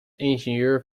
ingenieur